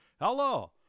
hello